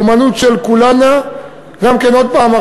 "אמנות של כולאננה" עוד הפעם,